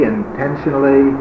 intentionally